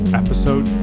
episode